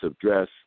dress